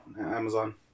Amazon